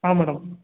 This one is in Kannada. ಹಾಂ ಮೇಡಮ್